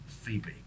Phoebe